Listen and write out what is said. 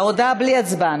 ההודעה בלי הצבעה.